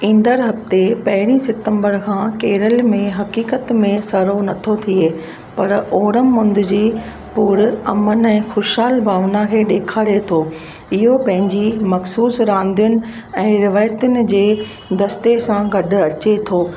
ईंदड़ हफ़्ते पहिरीं सितम्बर खां केरल में हक़ीक़त में सरउ नथो थिए पर ओणम मुंदि जी पुरि अमन ऐं खु़शिहाल भावना खे ॾेखारे थो इहो पंहिंजी मख़सूसु रांदियुनि ऐं रिवायतुनि जे दस्ते सां गॾु अचे थो